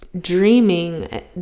dreaming